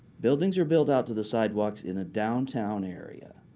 buildings are built out to the sidewalks in a downtown area.